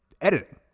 editing